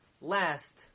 last